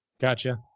Gotcha